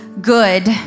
good